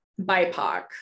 BIPOC